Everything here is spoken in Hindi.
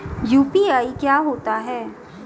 यू.पी.आई क्या होता है?